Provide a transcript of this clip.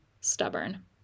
stubborn